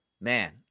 Man